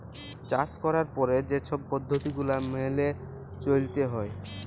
চাষ ক্যরার পরে যে ছব পদ্ধতি গুলা ম্যাইলে চ্যইলতে হ্যয়